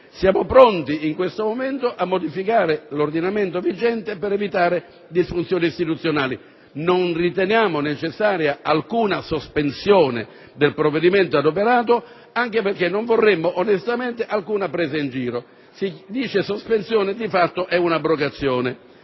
Siamo pronti in questo momento a modificare l'ordinamento vigente per evitare disfunzioni istituzionali, ma non riteniamo necessaria alcuna sospensione del provvedimento adottato anche perché non vorremmo, onestamente, essere presi in giro. Si definisce sospensione quella che di fatto è un'abrogazione.